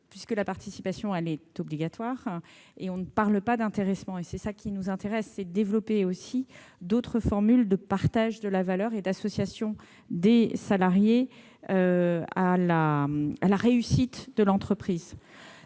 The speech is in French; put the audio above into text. puisque la participation est obligatoire et que l'on ne parle pas d'intéressement. Or ce qui nous intéresse, c'est de développer d'autres formules de partage de la valeur et d'association des salariés à la réussite de l'entreprise.